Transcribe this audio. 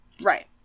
Right